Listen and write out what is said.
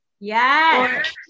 Yes